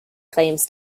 claims